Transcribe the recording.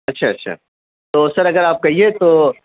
اچھا اچھا تو سر اگر آپ کہیے تو